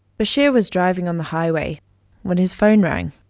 bashir was driving on the highway when his phone rang.